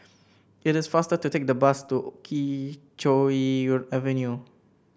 it is faster to take the bus to Kee Choe Avenue